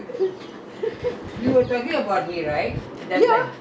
no I said you want to come there sit down there and then watch T_V